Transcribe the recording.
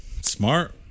Smart